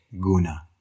Guna